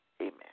Amen